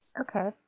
Okay